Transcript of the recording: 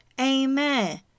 amen